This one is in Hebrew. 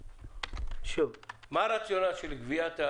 מה הרציונל של הגבייה?